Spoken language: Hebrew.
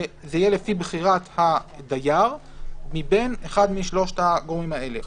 שזה יהיה לפי בחירת הדייר מבין אחד משלושת הגורמים האלה: